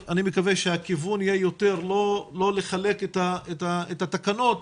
אני מקווה שהכיוון יהיה לא לחלק את התקנות,